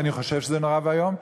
ואני חושב שזה נורא ואיום,